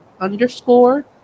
underscore